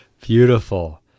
Beautiful